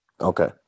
Okay